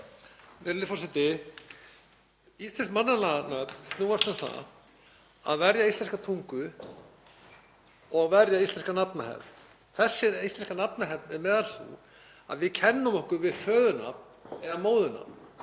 Virðulegi forseti. Íslensk mannanafnalög snúast um það að verja íslenska tungu og verja íslenska nafnahefð. Þessi íslenska nafnahefð er meðal annars sú að við kennum okkur við föðurnafn eða móðurnafn.